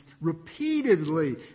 Repeatedly